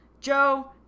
Joe